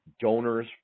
Donors